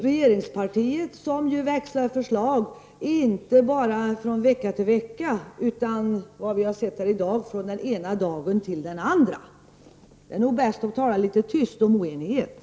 Regeringspartiet växlar ju förslag, inte bara från vecka till vecka utan, som vi har sett här i dag, från den ena dagen till den andra. Det är nog bäst att tala litet tyst om oenigheten!